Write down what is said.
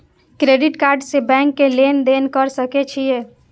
Credit card से bank में लेन देन कर सके छीये?